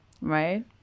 right